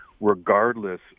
regardless